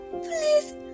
please